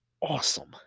awesome